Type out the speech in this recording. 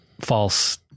false